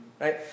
Right